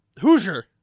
Hoosier